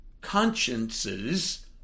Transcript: consciences